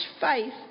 faith